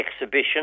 exhibition